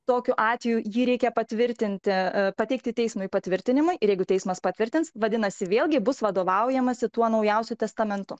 tokiu atveju jį reikia patvirtinti pateikti teismui patvirtinimą ir jeigu teismas patvirtins vadinasi vėlgi bus vadovaujamasi tuo naujausiu testamentu